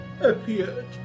appeared